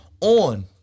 on